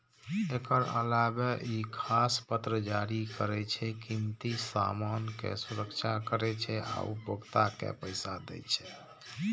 एकर अलावे ई साख पत्र जारी करै छै, कीमती सामान के सुरक्षा करै छै आ उपभोक्ता के पैसा दै छै